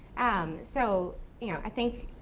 um so you know i think,